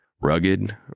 rugged